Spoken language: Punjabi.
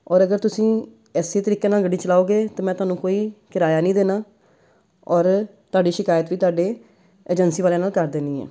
ਔਰ ਅਗਰ ਤੁਸੀਂ ਇਸੇ ਤਰੀਕੇ ਨਾਲ ਗੱਡੀ ਚਲਾਓਗੇ ਤਾਂ ਮੈਂ ਤੁਹਾਨੂੰ ਕੋਈ ਕਿਰਾਇਆ ਨਹੀਂ ਦੇਣਾ ਔਰ ਤੁਹਾਡੀ ਸ਼ਿਕਾਇਤ ਵੀ ਤੁਹਾਡੇ ਏਜੰਸੀ ਵਾਲਿਆਂ ਨਾਲ ਕਰ ਦੇਣੀ ਹੈ